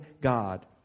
God